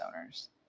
owners